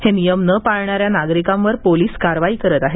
हे नियम नं पाळणाऱ्या नागरिकांवर पोलीस कारवाई करत आहेत